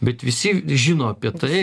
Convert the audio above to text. bet visi žino apie tai